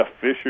Fisher